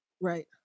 Right